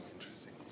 interesting